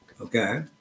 okay